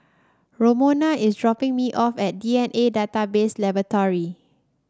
Romona is dropping me off at D N A Database Laboratory